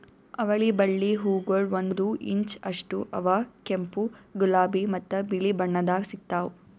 ಅವಳಿ ಬಳ್ಳಿ ಹೂಗೊಳ್ ಒಂದು ಇಂಚ್ ಅಷ್ಟು ಅವಾ ಕೆಂಪು, ಗುಲಾಬಿ ಮತ್ತ ಬಿಳಿ ಬಣ್ಣದಾಗ್ ಸಿಗ್ತಾವ್